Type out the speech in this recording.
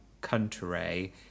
country